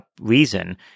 reason